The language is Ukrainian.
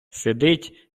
сидить